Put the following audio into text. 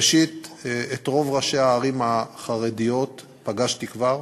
ראשית, את רוב ראשי הערים החרדיות פגשתי כבר,